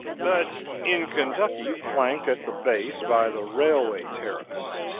but in kentucky flanked at the base by the railway terrace.